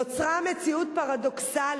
אנו חיים במציאות פרדוקסלית,